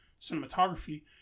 cinematography